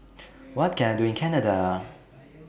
What Can I Do in Canada